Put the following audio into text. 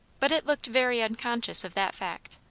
but it looked very unconscious of that fact.